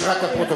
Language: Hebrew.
יש לך פרוטוקול?